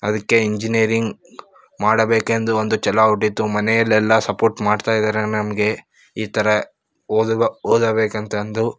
ಅದಕ್ಕೆ ಇಂಜಿನಿಯರಿಂಗ್ ಮಾಡಬೇಕೆಂದು ಒಂದು ಛಲ ಹುಟ್ಟಿತು ಮನೆಯಲ್ಲೆಲ್ಲ ಸಪೋರ್ಟ್ ಮಾಡ್ತಾ ಇದ್ದಾರೆ ನಮಗೆ ಈ ಥರ ಓದುವ ಓದಬೇಕಂತಂದು